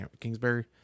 Kingsbury